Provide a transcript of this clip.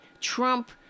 Trump